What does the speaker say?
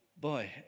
boy